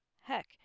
Heck